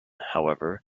however